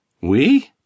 We